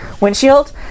windshield